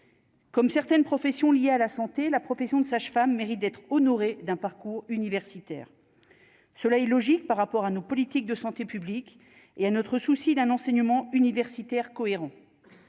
comme certaines professions liées à la santé, la profession de sage-femme mérite d'être honoré d'un parcours universitaire cela illogique logique par rapport à nos politiques de santé publique et à notre soucis d'un enseignement universitaire cohérent